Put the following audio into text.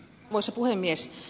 arvoisa puhemies